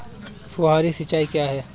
फुहारी सिंचाई क्या है?